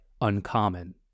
uncommon